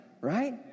Right